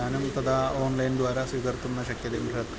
यानं तदा आन्लैन् द्वारा स्वीकर्तुं न शक्यते बृहत्